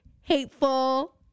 hateful